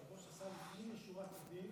היושב-ראש עשה לפנים משורת הדין